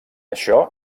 això